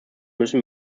müssen